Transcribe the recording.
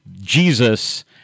Jesus